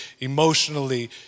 emotionally